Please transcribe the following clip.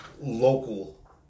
local